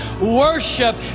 Worship